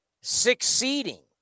succeeding